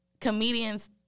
comedians